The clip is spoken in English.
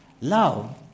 love